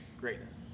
Greatness